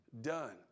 done